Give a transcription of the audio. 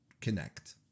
connect